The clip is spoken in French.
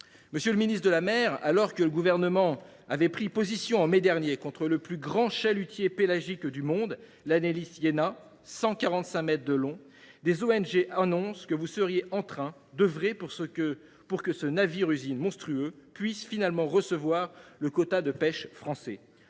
de la mer et de la pêche, alors que le Gouvernement avait pris position en mai dernier contre le plus grand chalutier pélagique du monde, l’, long de 145 mètres, des ONG annoncent que vous seriez en train d’œuvrer pour que ce navire usine monstrueux puisse finalement bénéficier d’un quota de pêche français.